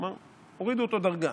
כלומר, הורידו אותו דרגה.